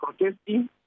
protesting